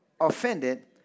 Offended